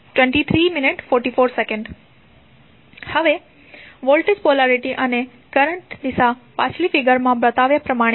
હવે voltage polarity અને current દિશા પાછલી ફિગર માં બતાવ્યા પ્રમાણે છે